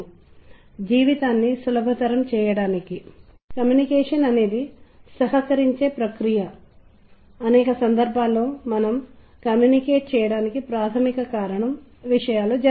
కాబట్టి నాటకీకరణ కోసం మరియు సాధారణంగా చాలా శక్తివంతంగా తెలియజేయబడని ఒక విషయాన్ని సంగీతం ఎలా తెలియజేస్తుంది అనేదానికి కొంచెం తర్వాత నేను మీకు ఒక ఉదాహరణ ఇస్తాను